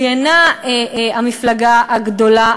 שהיא אינה המפלגה הגדולה,